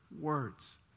words